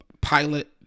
Pilot